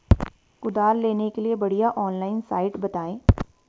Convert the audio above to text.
कुदाल लेने के लिए बढ़िया ऑनलाइन साइट बतायें?